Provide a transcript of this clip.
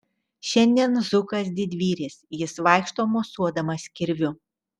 šiandien zukas didvyris jis vaikšto mosuodamas kirviu